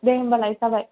दे होम्बालाय जाबाय